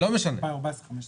ב-2015-2014.